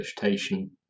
vegetation